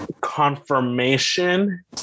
confirmation